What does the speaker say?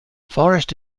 forrest